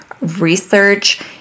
research